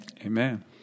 Amen